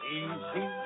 easy